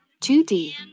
2d